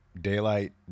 Daylight